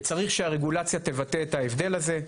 וצריך שהרגולציה תבטא את ההבדל הזה.